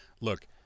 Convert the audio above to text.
look